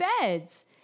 beds